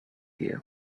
you